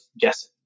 guessing